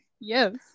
Yes